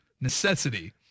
necessity